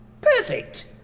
Perfect